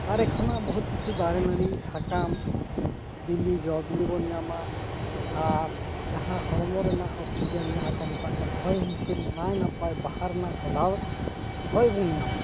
ᱫᱟᱨᱮ ᱠᱷᱚᱱᱟᱜ ᱵᱚᱦᱩᱛ ᱠᱤᱪᱷᱩ ᱫᱟᱨᱮ ᱱᱟᱲᱤ ᱥᱟᱠᱟᱢ ᱵᱤᱞᱤ ᱡᱚ ᱵᱤᱞᱤ ᱵᱚᱱ ᱧᱟᱢᱟ ᱟᱨ ᱡᱟᱦᱟᱸ ᱦᱚᱲᱢᱚ ᱨᱮᱱᱟᱜ ᱚᱠᱥᱤᱡᱮᱱ ᱡᱟᱦᱟᱸ ᱠᱚ ᱢᱮᱛᱟᱜ ᱠᱟᱱ ᱦᱚᱭ ᱦᱤᱥᱤᱫ ᱱᱟᱭ ᱱᱟᱯᱟᱭ ᱵᱟᱦᱟ ᱨᱮᱱᱟᱜ ᱥᱚᱸᱫᱷᱟᱲ ᱦᱚᱭᱵᱚᱱ ᱧᱟᱢᱟ